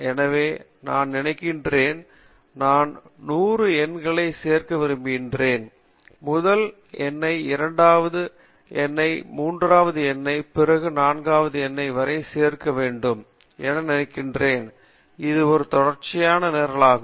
எனவே நான் நினைக்கிறேன் நான் 100 எண்களை சேர்க்க விரும்புகிறேன் முதல் எண்ணை இரண்டாவது எண்ணை மூன்றாவது எண்ணுக்கு பிறகு நான்காவது எண் வரை சேர்க்க வேண்டும் என்று நினைக்கிறேன் இது ஒரு தொடர்ச்சியான நிரலாகும்